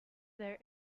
there